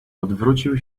odwrócił